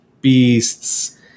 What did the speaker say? Beasts